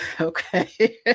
Okay